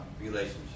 Relationship